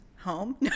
home